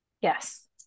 Yes